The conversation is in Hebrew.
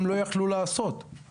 הם לא יכלו לעשות את זה,